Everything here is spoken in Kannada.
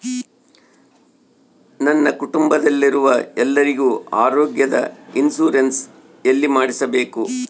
ನನ್ನ ಕುಟುಂಬದಲ್ಲಿರುವ ಎಲ್ಲರಿಗೂ ಆರೋಗ್ಯದ ಇನ್ಶೂರೆನ್ಸ್ ಎಲ್ಲಿ ಮಾಡಿಸಬೇಕು?